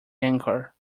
anchor